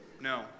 No